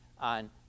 on